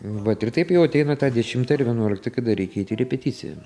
vat ir taip jau ateina ta dešimta ir vienuolikta kada reikia eiti į repeticiją